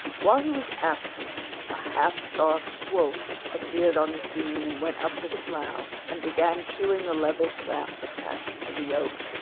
while he was absent a half-starved wolf appeared on the scene, and went up to the plough and began chewing the leather straps attached to the yoke.